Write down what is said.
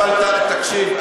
אבל תקשיב.